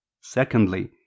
Secondly